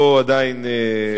עדיין לא,